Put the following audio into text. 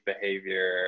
behavior